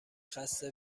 خسته